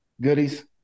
goodies